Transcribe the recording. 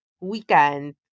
weekend